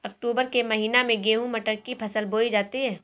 अक्टूबर के महीना में गेहूँ मटर की फसल बोई जाती है